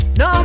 no